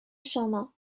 شما